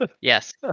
Yes